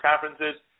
conferences